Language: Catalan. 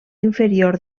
inferior